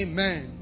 Amen